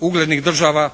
uglednih država